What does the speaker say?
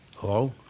Hello